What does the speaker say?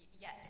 yes